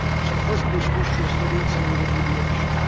so the first blue spruce tree is thirty eight centimetre dbh.